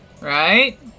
Right